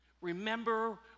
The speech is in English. Remember